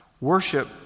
Worship